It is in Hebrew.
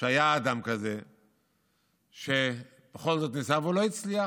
שהיה אדם כזה שבכל זאת ניסה והוא לא הצליח.